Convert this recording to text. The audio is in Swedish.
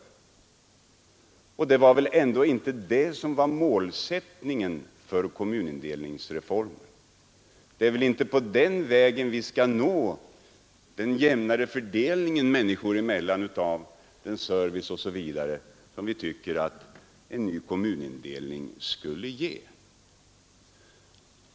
Det var väl ändå inte det som var målsättningen för kommunindelningsreformen. Det är väl inte på den vägen vi skall uppnå den jämnare fördelning människor emellan när det gäller service osv. som vi avsåg att en ny kommunindelning skulle ge.